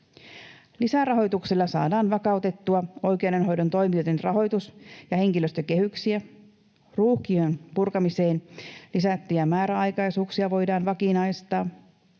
Lisärahoituksella saadaan vakautettua oikeudenhoidon toimijoiden rahoitus- ja henkilöstökehyksiä siten, että ruuhkien purkamiseen lisättyjä määräaikaisuuksia voidaan vakinaistaa,